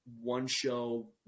one-show